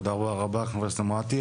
תודה רבה חברת הכנסת אמילי חיה מואטי.